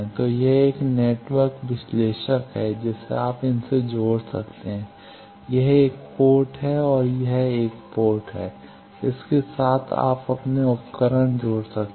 तो यह एक नेटवर्क विश्लेषक है जिसे आप इनसे जोड़ सकते हैं यह 1 पोर्ट है यह एक और पोर्ट है इसके साथ आप अपने उपकरण जोड़ सकते हैं